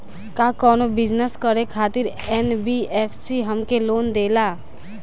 का कौनो बिजनस करे खातिर एन.बी.एफ.सी हमके लोन देला?